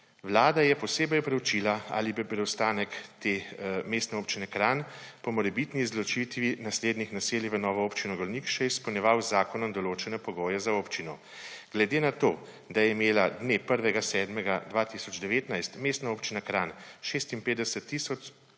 Vlada je posebej preučila, ali bi preostanek te Mestne občine Kranj po morebitni izločitvi naslednjih naselij v novo Občino Golnik še izpolnjeval z zakonom določene pogoje za občino. Glede na to, da je imela 1. 7. 2019 Mestna občina Kranj 56 tisoč